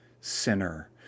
sinner